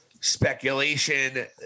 speculation